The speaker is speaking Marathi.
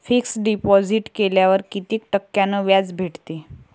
फिक्स डिपॉझिट केल्यावर कितीक टक्क्यान व्याज भेटते?